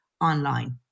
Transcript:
online